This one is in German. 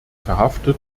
verhaftet